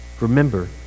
Remember